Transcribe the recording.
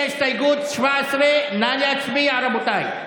17. עוברים להסתייגות 17. נא להצביע, רבותיי.